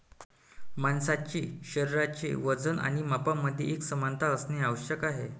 माणसाचे शरीराचे वजन आणि मापांमध्ये एकसमानता असणे आवश्यक आहे